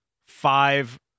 five